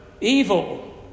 evil